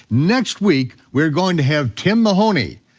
next week, we're going to have tim mahoney,